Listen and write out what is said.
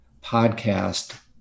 podcast